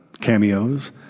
cameos